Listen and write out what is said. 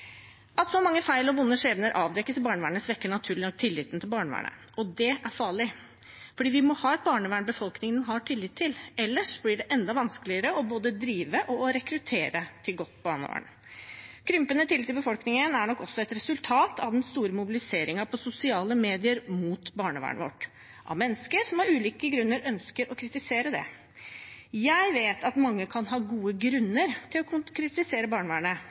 At så mange feil og vonde skjebner avdekkes i barnevernet, svekker naturlig nok tilliten til barnevernet, og det er farlig. For vi må ha et barnevern befolkningen har tillit til, ellers blir det enda vanskeligere både å drive og å rekruttere til godt barnevern. Krympende tillit i befolkningen er nok også et resultat av den store mobiliseringen på sosiale medier mot barnevernet vårt av mennesker som av ulike grunner ønsker å kritisere det. Jeg vet at mange kan ha gode grunner til å kritisere barnevernet